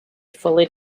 fully